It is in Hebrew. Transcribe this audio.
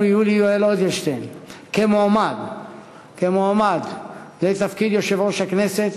יולי יואל אדלשטיין כמועמד לתפקיד יושב-ראש הכנסת,